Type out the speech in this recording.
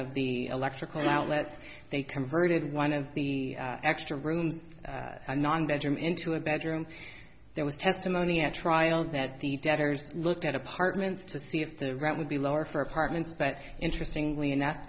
of the electrical outlets they converted one of the extra rooms a non bedroom into a bedroom there was testimony at trial that the debtors looked at apartments to see if the ground would be lower for apartments but interestingly enough